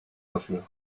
dafür